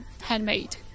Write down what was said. handmade